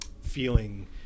feeling